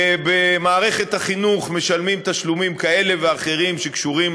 ובמערכת החינוך משלמים תשלומים כאלה ואחרים שקשורים